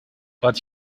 but